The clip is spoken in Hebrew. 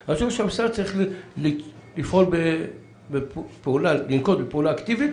אני חושב שהמשרד צריך לנקוט בפעולה אקטיבית,